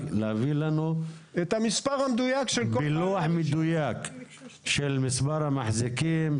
להביא לנו פילוח מדויק של מספר המחזיקים,